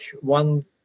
one